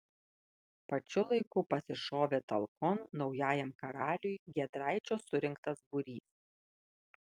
pačiu laiku pasišovė talkon naujajam karaliui giedraičio surinktas būrys